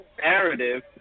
narrative